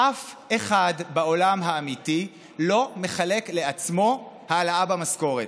אף אחד בעולם האמיתי לא מחלק לעצמו העלאה במשכורת.